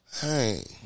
Hey